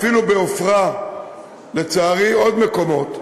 אפילו בעפרה, לצערי בעוד מקומות,